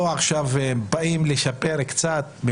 באים לשפר פה קצת,